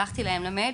שלחתי להם מייל,